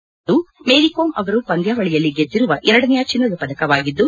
ಇದು ಮೇರಿಕೋಮ್ ಅವರು ಪಂದ್ಲಾವಳಿಯಲ್ಲಿ ಗೆದ್ದಿರುವ ಎರಡನೆಯ ಚಿನ್ನದ ಪದಕವಾಗಿದ್ದು